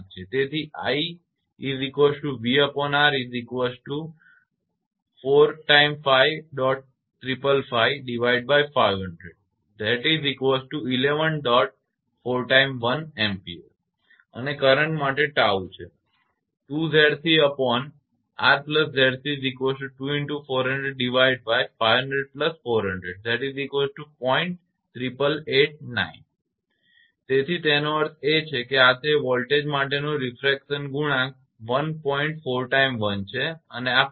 તેથી i છે અને કરંટ માટે 𝜏 છે તેથી તેનો અર્થ એ કે આ તે છે તે વોલ્ટેજ માટેનો રીફ્રેક્શન ગુણાંક 1